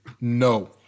No